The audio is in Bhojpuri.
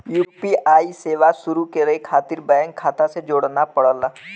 यू.पी.आई सेवा शुरू करे खातिर बैंक खाता से जोड़ना पड़ला